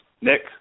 Nick